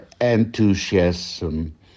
enthusiasm